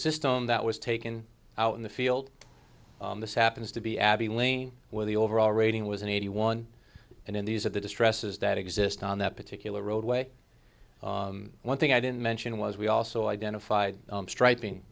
system that was taken out in the field this happens to be abby lane where the overall rating was in eighty one and in these at the distress is that exist on that particular roadway one thing i didn't mention was we also identified striping